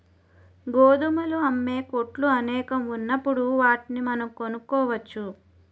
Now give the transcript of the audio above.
గోధుమలు అమ్మే కొట్లు అనేకం ఉన్నప్పుడు వాటిని మనం కొనుక్కోవచ్చు